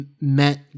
met